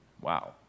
Wow